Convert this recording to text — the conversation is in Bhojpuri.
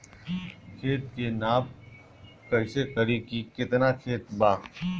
खेत के नाप कइसे करी की केतना खेत बा?